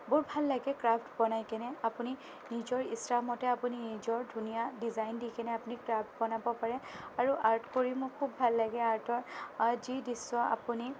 বহুত ভাল লাগে ক্ৰাফ্ট বনাইকিনে আপুনি নিজৰ ইচ্ছামতে আপুনি নিজৰ ধুনীয়া ডিজাইন দিকেনে আপুনি ক্ৰাফ্ট বনাব পাৰে আৰু আৰ্ট কৰি মোৰ খুব ভাললাগে আৰ্টৰ যি দৃশ্য আপুনি